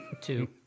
two